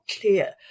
clear